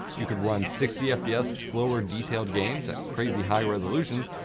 you could run sixty fps slower detailed games at crazy high resolutions,